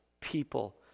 people